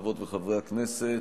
חברות וחברי הכנסת,